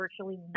virtually